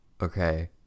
okay